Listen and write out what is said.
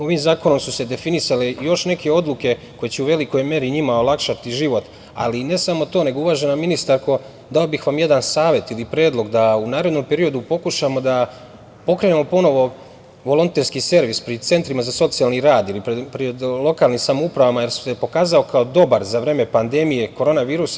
Ovim zakonom su se definisale još neke odluke koje će u velikoj meri i njima olakšati život, ali i ne samo to, nego, uvažena ministarko, dao bih vam jedan savet ili predlog, da u narednom periodu pokušamo da pokrenemo ponovo volonterski servis pri Centrima za socijalni rad ili pred lokalnim samoupravama, jer se pokazao kao dobar za vreme pandemije korona virusa.